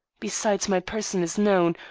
besides, my person is known,